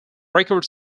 record